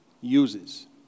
uses